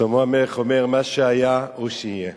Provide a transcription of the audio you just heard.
שלמה המלך אומר: מה שהיה הוא שיהיה.